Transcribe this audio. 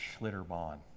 Schlitterbahn